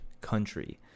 country